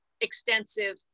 extensive